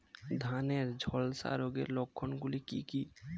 ধানের ঝলসা রোগের লক্ষণগুলি কি কি?